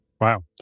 Wow